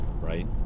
right